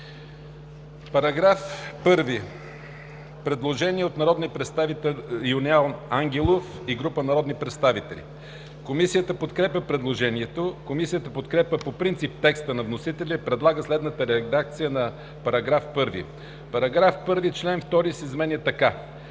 Параграф 1 – предложение от народния представител Юлиан Ангелов и група народни представители. Комисията подкрепя предложението. Комисията подкрепя по принцип текста на вносителя и предлага следната редакция на § 1: „§ 1. Член 2 се изменя така: